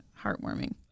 heartwarming